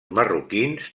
marroquins